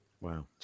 Wow